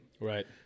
right